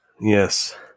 Yes